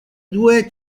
due